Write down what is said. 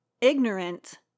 ignorant